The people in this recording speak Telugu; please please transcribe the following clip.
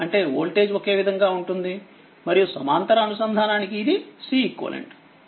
అంటేవోల్టేజ్ ఒకే విధంగా ఉంటుంది మరియుసమాంతర అనుసంధానానికి ఇదిCeq